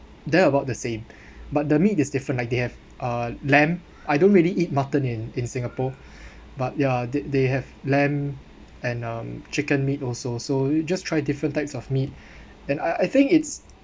they're about the same but the meat is different like they have uh lamb I don't really eat mutton in in singapore but ya they they have lamb and um chicken meat also so you just try different types of meat and I I think it's